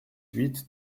huit